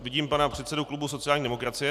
Vidím předsedu klubu sociální demokracie.